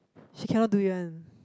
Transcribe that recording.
she cannot do it one